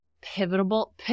pivotal